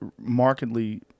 markedly